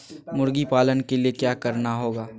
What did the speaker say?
मुर्गी पालन के लिए क्या करना होगा?